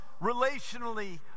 relationally